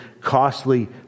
costly